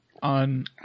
on